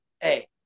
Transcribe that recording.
hey